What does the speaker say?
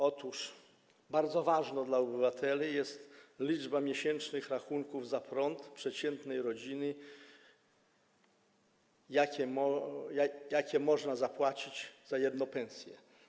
Otóż bardzo ważna dla obywateli jest liczba miesięcznych rachunków za prąd przeciętnej rodziny, jaką można zapłacić za jedną pensję.